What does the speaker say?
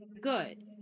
good